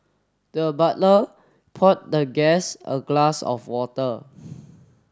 the butler poured the guest a glass of water